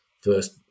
first